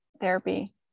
therapy